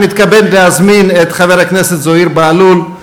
אני מתכבד להזמין את חבר הכנסת זוהיר בהלול,